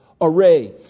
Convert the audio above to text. Array